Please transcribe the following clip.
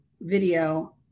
video